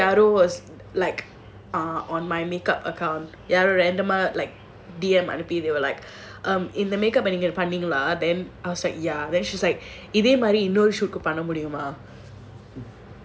like on my makeup account ya random mah like then I was like ya இதே மாதிரி பண்ண முடியுமா:idhe maadhiri panna mudiyumaa